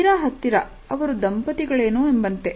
ತೀರ ಹತ್ತಿರ ಅವರು ದಂಪತಿಗಳನ್ನು ಎಂಬಂತೆ